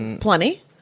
plenty